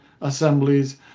assemblies